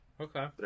Okay